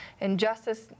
injustice